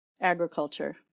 agriculture